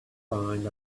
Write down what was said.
find